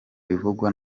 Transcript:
bivugwa